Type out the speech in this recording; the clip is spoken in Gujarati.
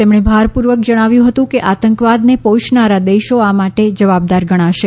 તેમણે ભારપૂર્વક જણાવ્યું હતું કે આતંકવાદને પોષનારા દેશો આ માટે જવાબદાર ગણાશે